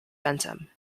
bentham